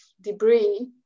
debris